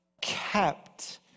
kept